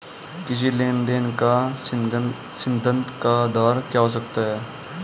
किसी लेन देन का संदिग्ध का आधार क्या हो सकता है?